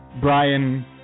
Brian